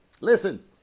Listen